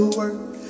work